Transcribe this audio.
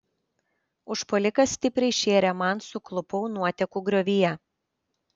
užpuolikas stipriai šėrė man suklupau nuotekų griovyje